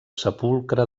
sepulcre